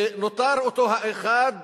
ונותר אותו האחד